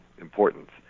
importance